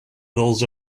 those